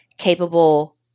capable